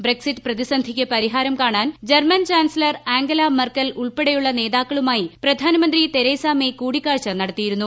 Brexit പ്രതിസന്ധിക്ക് പരിഹാരം കാണാൻ ജർമ്മൻ ചാൻസലർ ആംഗലാ മെർക്കൽ ഉൾപ്പെടെയുള്ള നേതാക്കളുമായി പ്രധാനമന്തി തെരേസാ മേ കൂടിക്കാഴ്ച നടത്തിയിരുന്നു